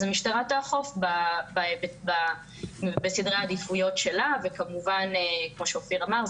אז המשטרה תאכוף בסדרי העדיפויות שלה וכמובן כמו שאופיר אמר,